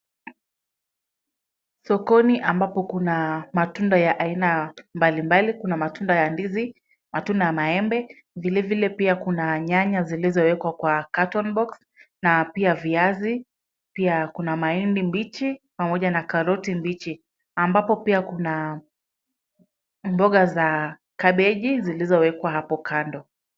Sokoni ambapo kuna matunda ya aina mbalimbali. Kuna matunda ya ndizi, matunda ya maembe, vilevile pia kuna nyanya zilizowekwa kwa carton box na pia viazi. Pia kuna mahindi mbichi, pamoja na karoti mbichi ambapo pia kuna mboga za kabeji zilizowekwa hapo kando.